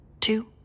two